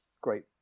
great